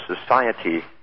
society